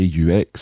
AUX